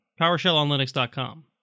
PowerShellOnLinux.com